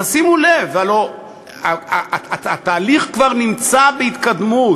תשימו לב, הלוא התהליך כבר נמצא בהתקדמות.